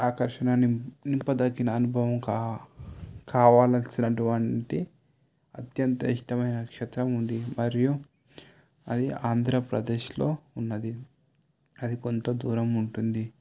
ఆకర్షణ నింపదగిన అనుభవంగా కావాల్సినటువంటి అత్యంత ఇష్టమైన నక్షత్రం ఉంది మరియు అది ఆంధ్రప్రదేశ్లో ఉన్నది అది కొంత దూరం ఉంటుంది